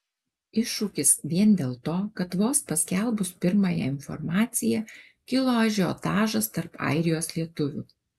iššūkis vien dėl to kad vos paskelbus pirmąją informaciją kilo ažiotažas tarp airijos lietuvių